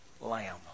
lamb